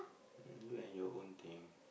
you and your own thing